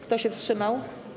Kto się wstrzymał?